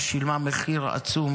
ששילמה מחיר עצום